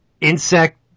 Insect